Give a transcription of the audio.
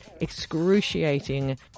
excruciating